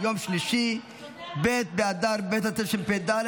יום שלישי ב' באדר ב' התשפ"ד,